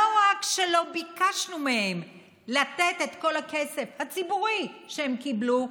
לא רק שלא ביקשנו מהם לתת את כל הכסף הציבורי שהם קיבלו,